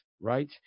right